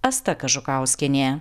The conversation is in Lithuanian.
asta kažukauskienė